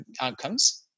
outcomes